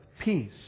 peace